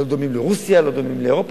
אנחנו לא דומים לרוסיה, לא דומים לאירופה.